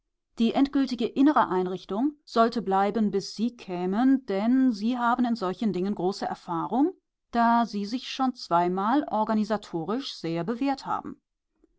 die endgültige innere einrichtung sollte bleiben bis sie kämen denn sie haben in solchen dingen große erfahrung da sie sich schon zweimal organisatorisch sehr bewährt haben